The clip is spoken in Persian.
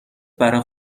برا